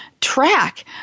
track